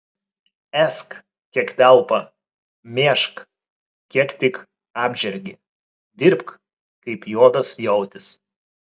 ėsk kiek telpa mėžk kiek tik apžergi dirbk kaip juodas jautis